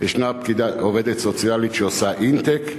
ישנה עובדת סוציאלית שעושה intake,